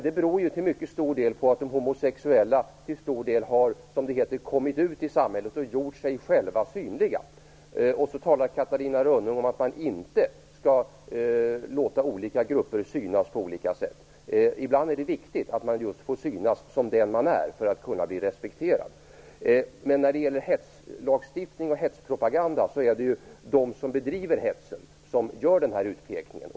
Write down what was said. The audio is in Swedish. Det beror till mycket stor del på att de homosexuella har kommit ut i samhället och gjort sig själva synliga. Så talar Catarina Rönnung om att man inte skall låta olika grupper synas på olika sätt. Ibland är det viktigt att man just får synas som den man är för att kunna bli respekterad. Men när det gäller hetslagstiftning och hetspropaganda är det de som bedriver hets som gör utpekningen.